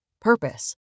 Purpose